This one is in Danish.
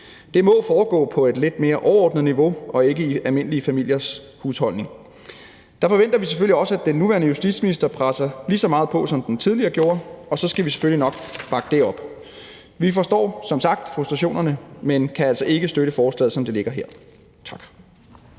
Det må foregå på et mere overordnet niveau, og ikke i almindelige familiers husholdning. Der forventer vi selvfølgelig også, at den nuværende justitsminister presser lige så meget på, som den tidligere justitsminister gjorde, og så skal vi selvfølgelig nok bakke dét op. Vi forstår som sagt godt frustrationerne, men vi kan altså ikke støtte forslaget, som det ligger her. Tak.